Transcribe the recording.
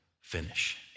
finish